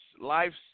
life's